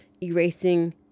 erasing